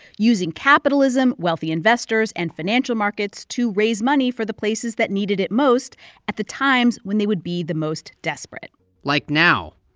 using capitalism, wealthy investors and financial markets to raise money for the places that needed it most at the times when they would be the most desperate like now.